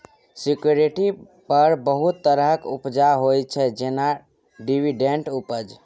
security पर बहुत तरहक उपजा होइ छै जेना डिवीडेंड उपज